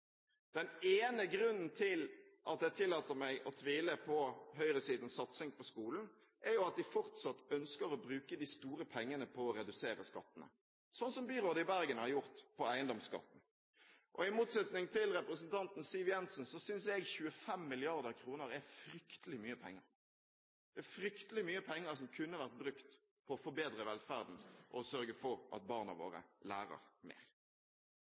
Den ene grunnen til at jeg tillater meg å tvile på høyresidens satsing på skolen, er at de fortsatt ønsker å bruke de store pengene på å redusere skattene, sånn som byrådet i Bergen har gjort med eiendomsskatten. I motsetning til representanten Siv Jensen synes jeg 25 mrd. kr er fryktelig mye penger. Det er fryktelig mye penger som kunne ha vært brukt på å forbedre velferden og sørget for at barna våre lærer mer.